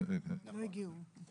הן לא הגיעו.